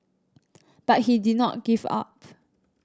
but he did not give up